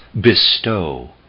bestow